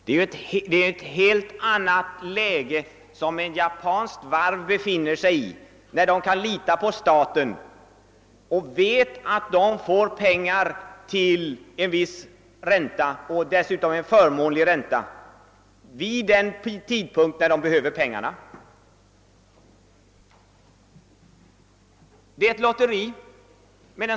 Ett japanskt varv befinner sig i ett helt annat läge, eftersom det kan lita på att vid den tidpunkt när det behöver pengarna få låna till en viss ränta, som dessutom är förmånlig. Den svenska exporten på varvsområdet är ett lotteri.